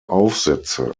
aufsätze